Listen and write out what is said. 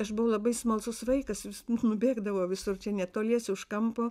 aš buvau labai smalsus vaikas vis nubėgdavo visur čia netoliese už kampo